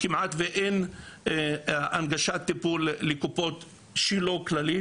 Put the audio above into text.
כמעט ואין הנגשת טיפול לקופות שלא כללית.